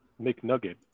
McNugget